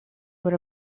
were